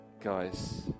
guys